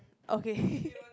okay